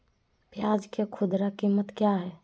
प्याज के खुदरा कीमत क्या है?